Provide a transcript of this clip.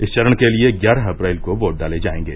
इस चरण के लिए ग्यारह अप्रैल को वोट डाले जाएंगे